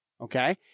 Okay